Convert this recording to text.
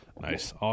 Nice